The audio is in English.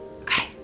Okay